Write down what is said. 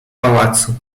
pałacu